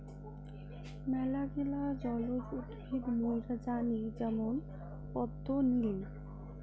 মেলাগিলা জলজ উদ্ভিদ মুইরা জানি যেমন পদ্ম, নিলি